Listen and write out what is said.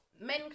men